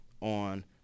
on